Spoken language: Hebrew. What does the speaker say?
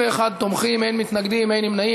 41 תומכים, אין מתנגדים, אין נמנעים.